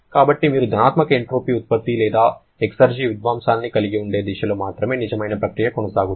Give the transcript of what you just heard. కాబట్టి మీరు ధనాత్మక ఎంట్రోపీ ఉత్పత్తి లేదా ఎక్సర్జి విధ్వంసాన్ని కలిగి ఉండే దిశలో మాత్రమే నిజమైన ప్రక్రియ కొనసాగుతుంది